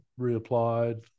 reapplied